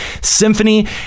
Symphony